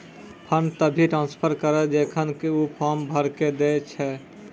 fund तभिये transfer करऽ जेखन ऊ फॉर्म भरऽ के दै छै